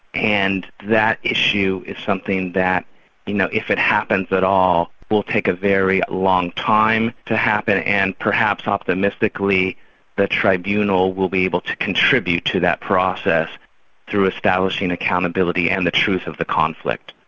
and that issue is something that you know if it happens at all, will take a very long time to happen, and perhaps optimistically the tribunal will be able to contribute to that process through establishing accountability and the truth of the conflict.